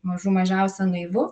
mažų mažiausia naivu